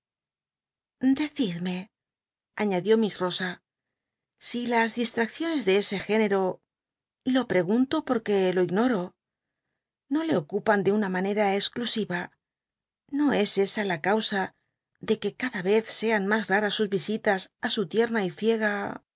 decidmc añadió miss n osa si las disl accioncs de ese género lo pregunto porque lo ignoro no le ocupan de una manera exclusiva no es esa la causa de que cada yez sea n mas raras sus visitas á su tierna y ciega